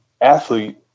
athlete